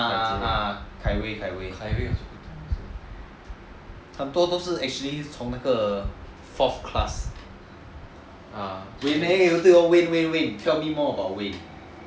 ah kai wei 很多都是 actually 从那个 fourth class eh wait wait tell me more about wayne